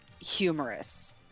humorous